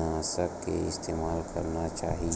नाशक के इस्तेमाल करना चाहि?